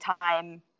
time